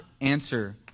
answer